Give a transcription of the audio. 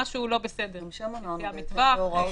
המנהל גם יסמיך עובד-עובד של אותן חברות.